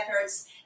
efforts